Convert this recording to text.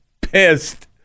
pissed